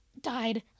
died